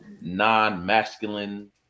non-masculine